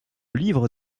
livre